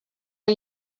are